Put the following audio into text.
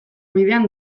bidean